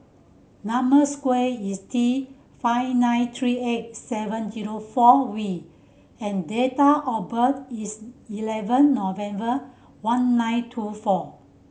number square is T five nine three eight seven zero four V and date of birth is eleven November one nine two four